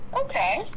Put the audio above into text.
Okay